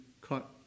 cut